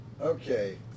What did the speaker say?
Okay